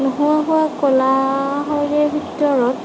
নোহোৱা হোৱা কলাসমূহৰ ভিতৰত